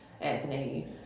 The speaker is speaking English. Anthony